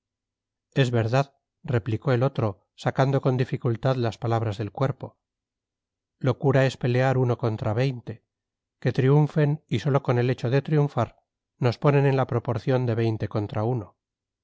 es verdad replicó el otro sacando con dificultad las palabras del cuerpo locura es pelear uno contra veinte que triunfen y sólo con el hecho de triunfar nos ponen en la proporción de veinte contra uno